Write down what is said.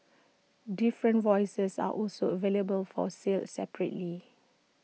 different voices are also available for sale separately